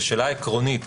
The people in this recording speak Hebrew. זו שאלה עקרונית.